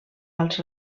als